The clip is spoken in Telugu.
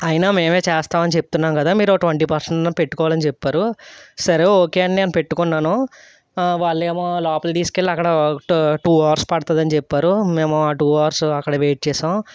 అయినా మేమే చేస్తామని చెప్తున్నాము కదా మీరు ఓ ట్వంటీ పర్సెంట్ అయినా పెట్టుకోవాలని చెప్పారు సరే ఓకే అని నేను పెట్టుకున్నాను వాళ్ళు ఏమో లోపలికి తీసుకెళ్ళి అక్కడ టూ టూ అవర్స్ పడుతుందని చెప్పారు మేము ఆ టూ అవర్సు అక్కడ వెయిట్ చేసాము